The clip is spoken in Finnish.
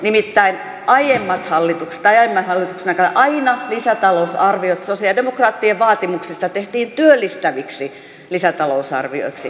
nimittäin aiemman hallituksen aikana aina lisätalousarviot sosialidemokraattien vaatimuksesta tehtiin työllistäviksi lisätalousarvioiksi